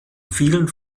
vielen